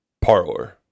parlor